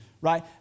right